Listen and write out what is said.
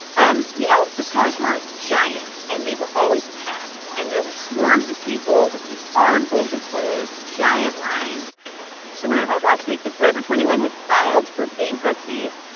um you know, the stores were giant, and they were always packed. and there were swarms of people with these armfuls of clothes, giant lines so when i read last week that forever twenty one had filed for bankruptcy,